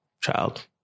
child